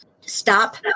stop